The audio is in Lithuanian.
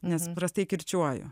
nes prastai kirčiuoju